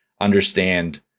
understand